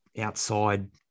outside